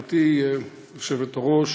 גברתי היושבת-ראש,